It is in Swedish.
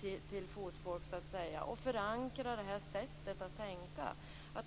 till fotfolk. Sättet att tänka måste förankras.